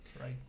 right